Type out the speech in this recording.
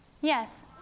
Yes